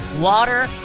water